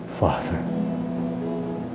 Father